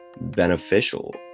beneficial